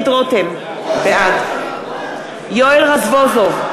בעד יואל רזבוזוב,